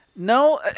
No